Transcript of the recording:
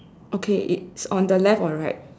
okay it's on the left or right